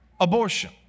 abortion